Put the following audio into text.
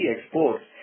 exports